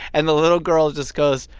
and the little girl just goes,